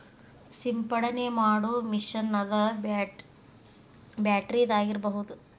ಸಿಂಪಡನೆ ಮಾಡು ಮಿಷನ್ ಅದ ಬ್ಯಾಟರಿದ ಆಗಿರಬಹುದ